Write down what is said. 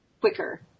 quicker